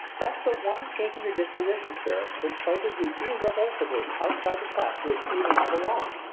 that's the one kink in your disposition, sir, which places you irrevocably outside the class to which eve and i belong.